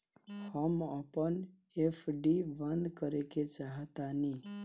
हम अपन एफ.डी बंद करेके चाहातानी